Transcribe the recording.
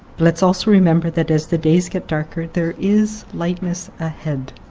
let's also remember that as the days get darker, there is lightness ahead.